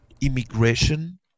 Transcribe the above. immigration